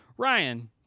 Ryan